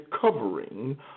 covering